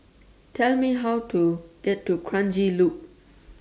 Tell Me How to get to Kranji Loop